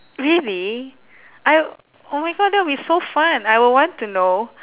really I oh my god that'll be so fun I will want to know